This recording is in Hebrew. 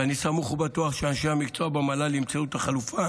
ואני סמוך ובטוח שאנשי המקצוע במל"ל ימצאו את החלופה